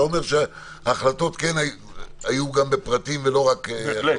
אתה אומר שההחלטות כן היו גם בפרטים ולא רק --- בהחלט.